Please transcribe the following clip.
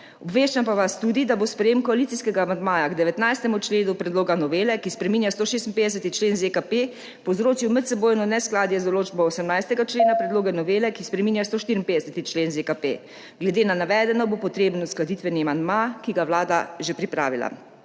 Obveščam pa vas tudi, da bo sprejetje koalicijskega amandmaja k 19. členu predloga novele, ki spreminja 156. člen ZKP, povzročilo medsebojno neskladje z določbo 18. člena predloga novele, ki spreminja 154. člen ZKP. Glede na navedeno bo potreben uskladitveni amandma, ki ga je Vlada že pripravila.